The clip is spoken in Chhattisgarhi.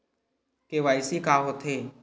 के.वाई.सी का होथे?